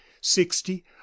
sixty